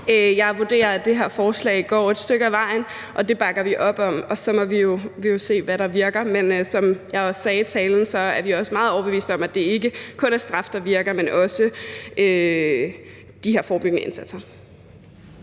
Jeg vurderer, at det her forslag går et stykke ad vejen, og det bakker vi op om. Og så må vi jo se, hvad der virker. Men som jeg også sagde i talen, er vi meget overbevist om, at det ikke kun er straf, der virker, men også de her forebyggende indsatser.